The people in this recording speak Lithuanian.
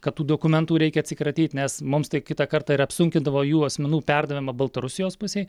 kad tų dokumentų reikia atsikratyt nes mums tai kitą kartą ir apsunkindavo jų asmenų perdavimą baltarusijos pusei